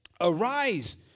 Arise